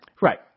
Right